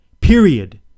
period